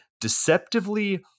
deceptively